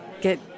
get